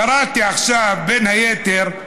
קראתי עכשיו, בין היתר,